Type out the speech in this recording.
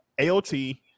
AOT